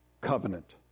covenant